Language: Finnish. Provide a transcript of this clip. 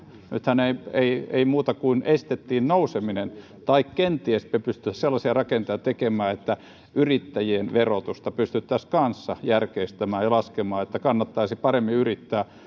nythän ei muuta kuin estetty nouseminen tai kenties me pystyisimme sellaisia rakenteita tekemään että yrittäjien verotusta pystyttäisiin kanssa järkeistämään ja laskemaan että kannattaisi paremmin yrittää